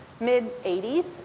mid-'80s